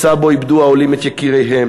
מסע שבו איבדו העולים את יקיריהם,